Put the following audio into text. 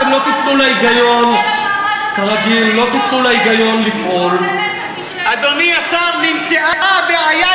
אנחנו לא זורקים כסף על מפעל כושל, רק על "טבע".